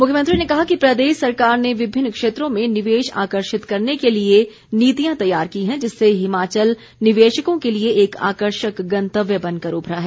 मुख्यमंत्री ने कहा कि प्रदेश सरकार ने विभिन्न क्षेत्रों में निवेश आकर्षित करने के लिए नीतियां तैयार की हैं जिससे हिमाचल निवेशकों के लिए एक आकर्षक गंतव्य बनकर उभरा है